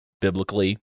biblically